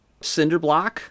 Cinderblock